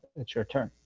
it's your turn.